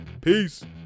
Peace